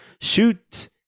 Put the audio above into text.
Shoot